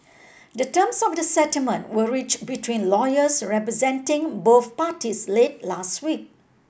the terms of the settlement were reached between lawyers representing both parties late last week